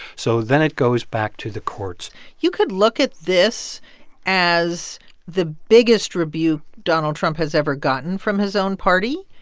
so then it goes back to the courts you could look at this as the biggest rebuke donald trump has ever gotten from his own party.